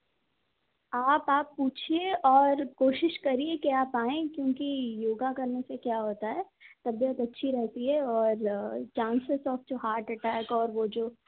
आप आप पूछिए और कोशिश करिए कि आप आए क्यों कि योगा करने से क्या होता है तबियत अच्छी रहती है और chances of the heart attack और वो जो